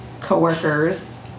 co-workers